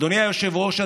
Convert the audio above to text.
אדוני היושב-ראש,